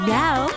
now